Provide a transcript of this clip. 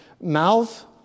mouth